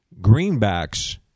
greenbacks